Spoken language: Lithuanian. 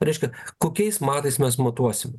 reiškia kokiais matais mes matuosim